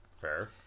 Fair